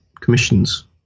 commissions